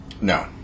No